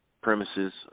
Premises